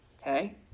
Okay